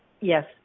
Yes